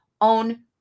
own